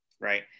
Right